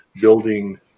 building